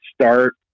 start